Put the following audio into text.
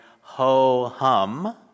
ho-hum